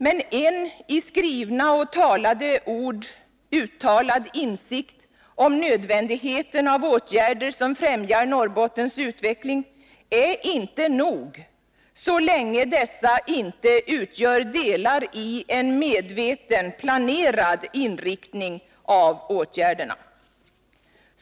Men en i skrivna och talade ord uttalad insikt om nödvändigheten av åtgärder som främjar Norrbottens utveckling är inte nog, så länge dessa inte utgör delar i en medveten, planerad inriktning av åtgärderna.